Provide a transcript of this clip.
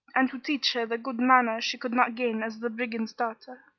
and to teach her the good manners she could not gain as the brigand's daughter.